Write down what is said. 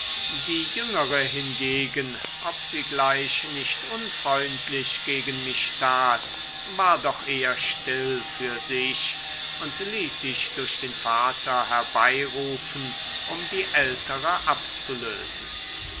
die jüngere hingegen ob sie gleich nicht unfreundlich gegen mich tat war doch eher still für sich und ließ sich durch den vater herbeirufen um die ältere abzulösen